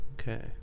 Okay